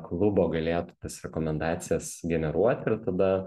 klubo galėtų tas rekomendacijas generuoti ir tada